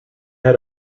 had